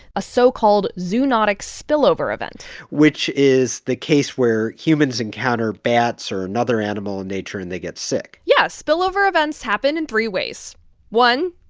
a so-called zoonotic spillover event which is the case where humans encounter bats or another animal in nature and they get sick yes. spillover events happen in three ways one,